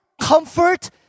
comfort